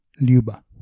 Luba